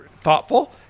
thoughtful